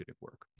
work